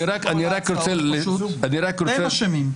אתם אשמים.